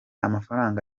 amafaranga